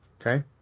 okay